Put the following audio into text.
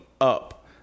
up